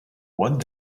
what